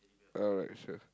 alright sure